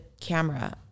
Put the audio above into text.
camera